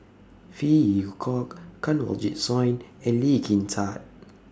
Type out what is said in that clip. Phey Yew Kok Kanwaljit Soin and Lee Kin Tat